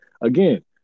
again